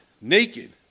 naked